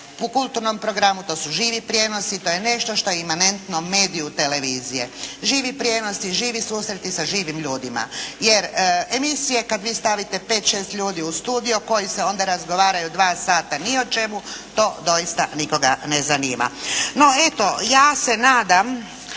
u kulturnom programu to su živi prijenosi, to je nešto što je imanentno mediju televizije. Živi prijenosi, živi susreti sa živim ljudima. Jer emisije kad vi stavite pet, šest ljudi u studio u kojem se onda razgovaraju dva sata ni o čemu, to doista nikoga ne zanima. No, eto. Ja se nadam